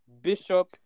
Bishop